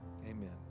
Amen